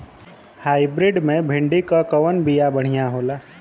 Hybrid मे भिंडी क कवन बिया बढ़ियां होला?